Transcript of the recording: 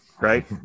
right